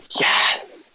Yes